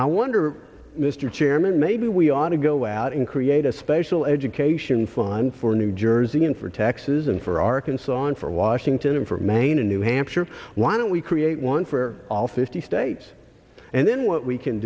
i wonder mr chairman maybe we ought to go out and create a special education fine for new jersey and for taxes and for arkansas on for washington for maine and new hampshire why don't we create one for all fifty states and then what we can